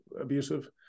abusive